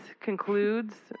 concludes